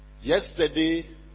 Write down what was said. Yesterday